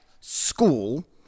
school